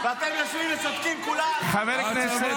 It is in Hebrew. חבר הכנסת